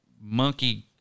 monkey